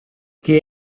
che